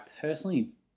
personally